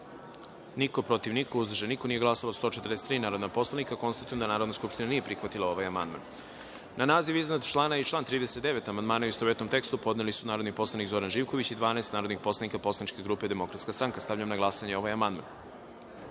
niko, protiv – niko, uzdržanih – nema, nisu glasala 143 narodna poslanika. Konstatujem da Narodna skupština nije prihvatila ovaj amandman. Na naziv iznad člana i član 39. amandmane, u istovetnom tekstu, podneli su narodni poslanik Zoran Živković i 12 narodnih poslanika poslaničke grupe Demokratska stranka. Stavljam na glasanje ovaj